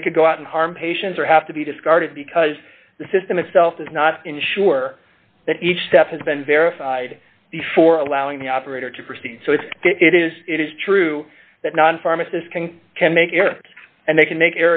and they could go out and harm patients or have to be discarded because the system itself does not ensure that each step has been verified before allowing the operator to proceed so it's it is it is true that non pharmacists can can make it and they can make